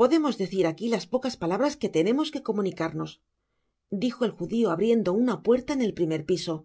podemos decir aqui las pocas palabras que tenemos que comunicarnos dijo el judio abriendo una puerta en el primer pisoy